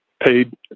paid